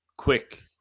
quick